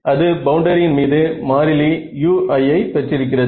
அது பவுண்டரியின் மீது மாறிலி Ui ஐ பெற்றிருக்கிறது